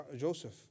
Joseph